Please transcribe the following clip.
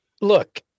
Look